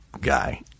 guy